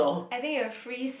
I think you'll freeze